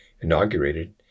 inaugurated